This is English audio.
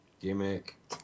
Gimmick